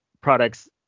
products